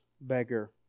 beggar